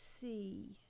see